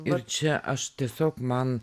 ir čia aš tiesiog man